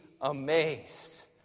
amazed